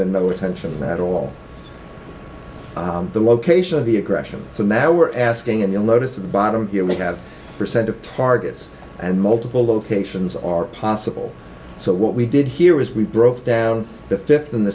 than no attention at all the location of the aggression so now we're asking and you'll notice at the bottom here we have percent of targets and multiple locations are possible so what we did here is we broke down the fifth